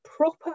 proper